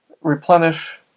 replenish